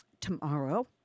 tomorrow